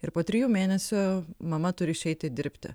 ir po trijų mėnesių mama turi išeiti dirbti